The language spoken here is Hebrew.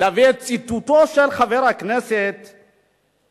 להביא את ציטוטו של חבר הכנסת כצל'ה,